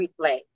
Replay